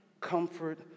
comfort